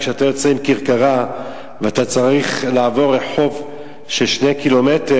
כשאתה יוצא עם כרכרה ואתה צריך לעבור רחוב של שני קילומטר,